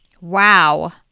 Wow